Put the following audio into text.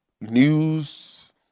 news